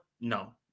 No